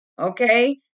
okay